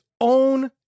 own